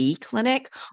clinic